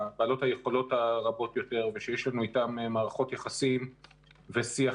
בעלות היכולות הרבות יותר ושיש לנו אתן מערכת יחסים ושיח